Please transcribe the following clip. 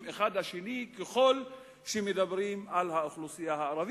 אחד על השני ככל שמדברים על האוכלוסייה הערבית.